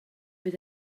bydd